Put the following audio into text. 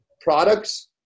products